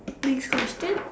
next question